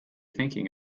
thinking